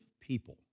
people